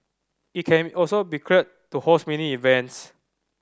it can also be cleared to host mini events